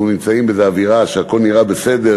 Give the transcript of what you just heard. אנחנו נמצאים באיזו אווירה שהכול נראה בסדר,